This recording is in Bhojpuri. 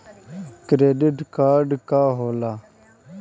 क्रेडिट कार्ड का होला?